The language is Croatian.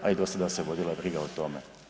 A i do sada se vodila briga o tome.